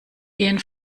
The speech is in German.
gehen